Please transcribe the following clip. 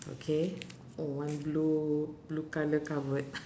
okay one blue blue colour covered